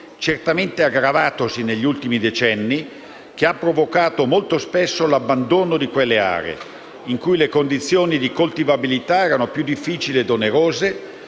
certamente aggravatosi negli ultimi decenni, che ha provocato molto spesso l'abbandono di quelle aree in cui le condizioni di coltivabilità erano più difficili e onerose,